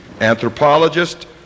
anthropologist